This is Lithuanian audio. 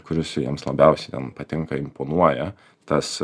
kuris jiems labiausiai ten patinka imponuoja tas